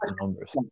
numbers